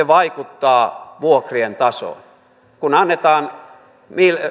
vaikuttaa vuokrien tasoon kun annetaan